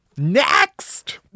next